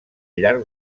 llarg